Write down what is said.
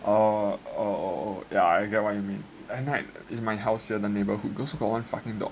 oh oh oh yeah I get what you mean at night is my house here in the neighborhood also got this one fucking dog